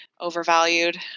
overvalued